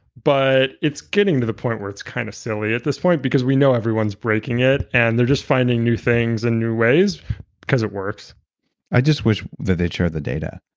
but it's getting to the point where it's kind of silly at this point because we know everyone is breaking it and they're just finding new things and new ways because it works i just wish that they chart the data.